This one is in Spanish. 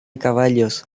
caballos